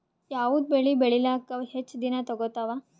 ಯಾವದ ಬೆಳಿ ಬೇಳಿಲಾಕ ಹೆಚ್ಚ ದಿನಾ ತೋಗತ್ತಾವ?